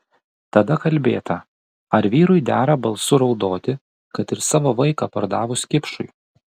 tada kalbėta ar vyrui dera balsu raudoti kad ir savo vaiką pardavus kipšui